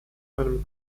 einem